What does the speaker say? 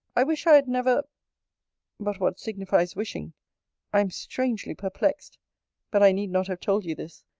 i wish i had never but what signifies wishing i am strangely perplexed but i need not have told you this,